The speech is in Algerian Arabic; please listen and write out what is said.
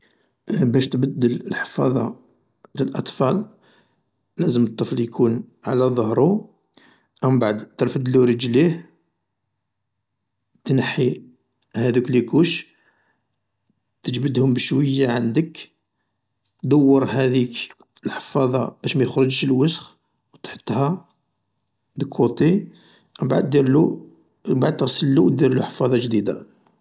باش تبدل الحفاظة للأطفال لازم الطفل يكون على ظهرو او مبعد ترفدلو رجليه تنحي هادوك لي كوش تجبدهم بشوية عندك دور هاذيك الحفاظة باش ماخرجش الوسخ و تحطها دو كوتي و مبعد ديرلو و مبعد تغسلو و ديرلو حفاظة جديدة.